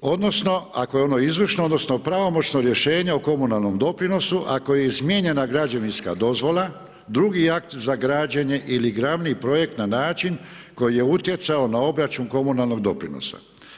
odnosno, ako je ono izvršno, odnosno pravomoćno rješenje o komunalnom doprinosu, ako je izmijenjena građevinska dozvola, drugi akt za građenje ili glavni projekt na način koji je utjecao na obračun komunalnog doprinosa.